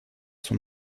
son